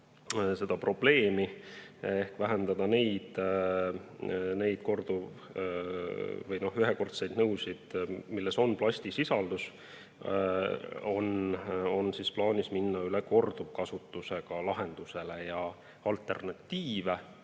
seda probleemi ehk vähendada neid ühekordseid nõusid, milles on plastisisaldus, on plaanis minna üle korduvkasutusega lahendustele. Alternatiive